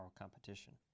competition